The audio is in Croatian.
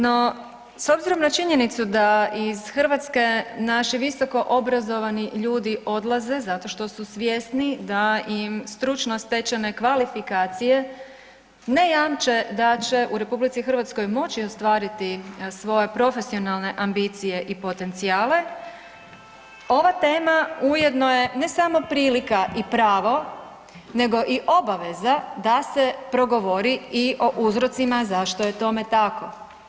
No, s obzirom na činjenicu da iz Hrvatske naši visokoobrazovani ljudi odlaze zato što su svjesni da im stručno stečene kvalifikacije ne jamče da će u RH moći ostvariti svoje profesionalne ambicije i potencijale, ova tema ujedno je ne samo prilika i pravo nego i obaveza da se progovori i o uzrocima zašto je tome tako.